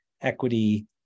equity